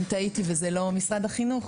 אם טעיתי וזה לא משרד החינוך,